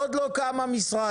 את התשובות לא קיבלתם מ"היקר",